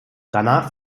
danach